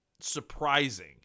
surprising